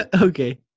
Okay